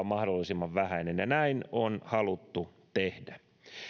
mahdollisimman vähäinen näin on haluttu tehdä